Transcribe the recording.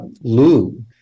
Lou